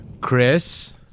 Chris